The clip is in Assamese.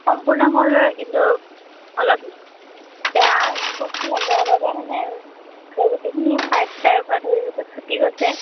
সম্পূৰ্ণ হৈ গ'ল কিন্তু অলপ বেয়া বস্তু লগোৱা বাবে মানে গোটেইখিনি পাইপ চাইপ পা ধৰি গোটেই ফুটি গৈছে